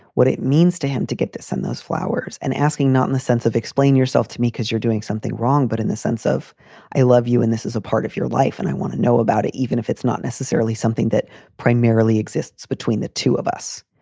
what it means to him to get this and those flowers and asking not in the sense of explain yourself to me because you're doing something wrong. but in the sense of i love you and this is a part of your life and i want to know about it, even if it's not necessarily something that primarily exists between the two of us,